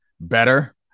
better